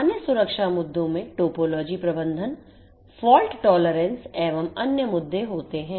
सामान्य सुरक्षा मुद्दों में TOPOLOGY प्रबंधन FAULT TOLERANCE एवं अन्य मुद्दे होते हैं